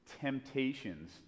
temptations